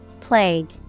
Plague